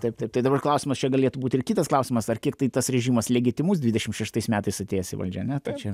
taip taip tai dabar klausimas čia galėtų būt ir kitas klausimas ir kiek tai tas režimas legitimus dvidešimt šeštais metais atėjęs į valdžią ane tai čia jau